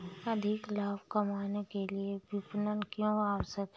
अधिक लाभ कमाने के लिए विपणन क्यो आवश्यक है?